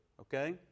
okay